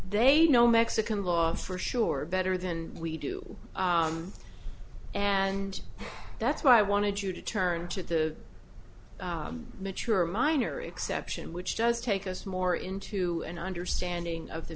they know mexican law for sure better than we do and that's why i wanted you to turn to the mature minor exception which does take us more into an understanding of the